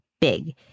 big